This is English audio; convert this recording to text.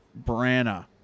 Brana